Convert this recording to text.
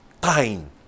time